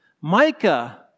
Micah